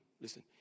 listen